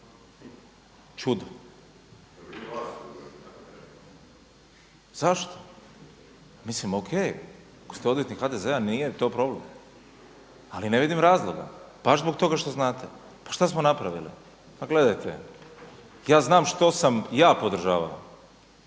se./… Zašto? Mislim o.k. Ako ste odvjetnik HDZ-a nije to problem, ali ne vidim razloga baš zbog toga što znate. Pa šta smo napravili? Pa gledajte, ja znam što sam ja podržavao.